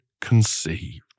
conceived